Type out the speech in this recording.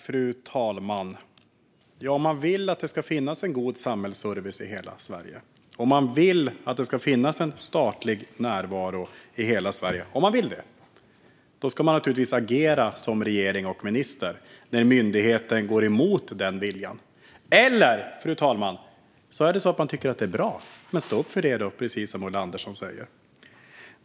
Fru talman! Om man vill att det ska finnas en god samhällsservice och en statlig närvaro i hela Sverige ska man naturligtvis som minister och regering agera när myndigheten går emot den viljan. Eller så, fru talman, tycker man att det är bra. Stå då upp för det, precis som Ulla Andersson säger!